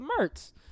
Mertz